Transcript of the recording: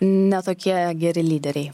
ne tokie geri lyderiai